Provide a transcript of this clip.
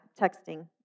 texting